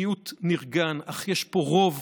מיעוט נרגן, ויש פה רוב